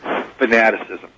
Fanaticism